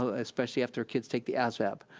ah especially after kids take the asvab.